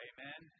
Amen